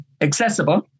accessible